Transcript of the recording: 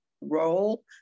role